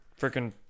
freaking